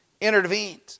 intervened